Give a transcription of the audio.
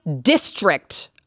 district